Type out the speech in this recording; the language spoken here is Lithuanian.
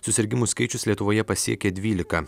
susirgimų skaičius lietuvoje pasiekė dvylika